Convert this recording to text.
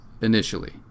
initially